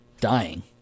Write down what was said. dying